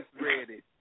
ready